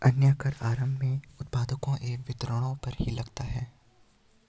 अन्य कर आरम्भ में उत्पादकों एवं वितरकों पर ही लगते हैं